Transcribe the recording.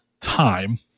time